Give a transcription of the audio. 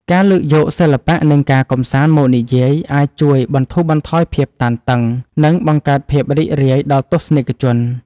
ការលើកយក សិល្បៈ និងការកម្សាន្ត មកនិយាយ អាចជួយបន្ធូរបន្ថយភាពតានតឹង និងបង្កើតភាពរីករាយដល់ទស្សនិកជន។